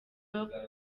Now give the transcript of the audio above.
rock